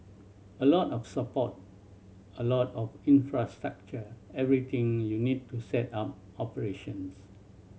a lot of support a lot of infrastructure everything you need to set up operations